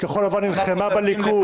כחול לבן נלחמה בליכוד.